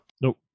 Nope